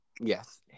Yes